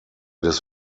des